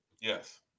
Yes